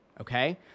Okay